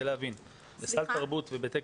בסל תרבות ובטקסים,